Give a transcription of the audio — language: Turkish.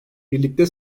birlikte